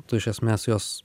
tu iš esmės juos